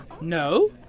No